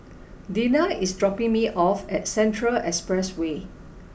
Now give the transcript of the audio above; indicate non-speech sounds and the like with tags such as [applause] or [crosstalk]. Deena is dropping me off at Central Expressway [noise]